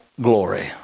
glory